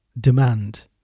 demand